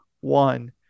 one